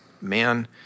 Man